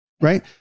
right